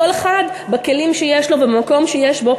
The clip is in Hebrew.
כל אחד בכלים שיש לו ובמקום שיש לו,